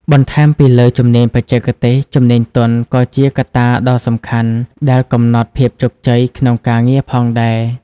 បន្ថែមពីលើជំនាញបច្ចេកទេស ជំនាញទន់ ក៏ជាកត្តាដ៏សំខាន់ដែលកំណត់ភាពជោគជ័យក្នុងការងារផងដែរ។